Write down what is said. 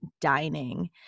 dining